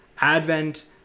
advent